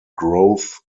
growth